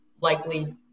likely